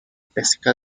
pesca